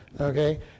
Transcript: Okay